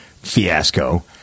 fiasco